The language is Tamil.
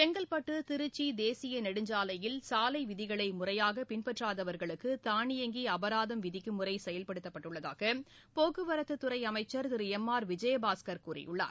செங்கல்பட்டு திருச்சி தேசிய நெடுஞ்சாலையில் சாலை விதிகளை முறையாக பின்பற்றாதவர்களுக்கு தானியங்கி அபராதம் விதிக்கும் முறை செயல்படுத்தப்பட்டுள்ளதாக போக்குவரத்து துறை அமைச்சர் திரு எம் ஆர் விஜயபாஸ்கர் கூறியுள்ளார்